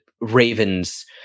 Ravens